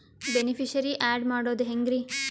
Beneficiary, add ಮಾಡೋದು ಹೆಂಗ್ರಿ?